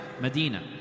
Medina